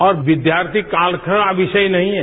और विद्यार्थी काल का विषय नहीं है